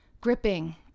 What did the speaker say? gripping